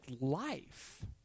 life